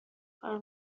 کار